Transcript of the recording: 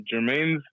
Jermaine's